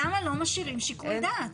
למה לא משאירים שיקול דעת?